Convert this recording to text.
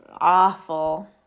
awful